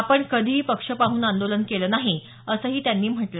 आपण कधीही पक्ष पाहून आंदोलन केलं नाही असंही ते म्हणाले